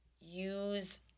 use